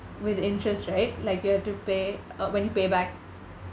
with interest right like you have to pay uh when you pay back